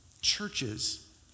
churches